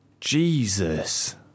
Jesus